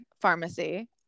pharmacy